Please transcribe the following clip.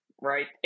right